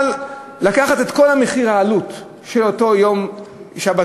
אבל לקחת את אותה העלות של אותו יום שבתון,